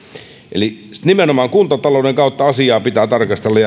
eli nimenomaan kuntatalouden kautta asiaa pitää tarkastella